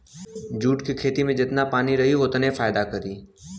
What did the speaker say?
jute के खेती में जेतना पानी रही ओतने फायदा करी